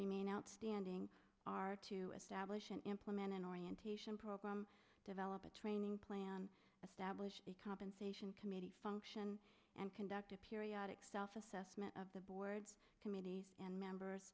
remain outstanding are to establish an implemented orientation program develop a training plan establish the compensation committee function and conduct a periodic self assessment of the board's committees and members